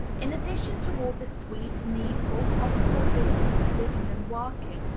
in addition to all the sweet, needful, possible business of living and working,